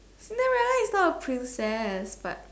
Cinderella is not a princess but